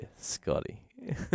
Scotty